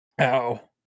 Ow